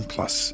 Plus